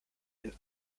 den